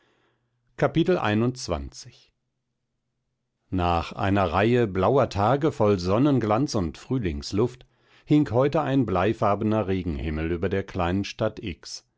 nach einer reihe blauer tage voll sonnenglanz und frühlingsluft hing heute ein bleifarbener regenhimmel über der kleinen stadt x